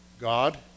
God